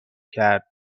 کرد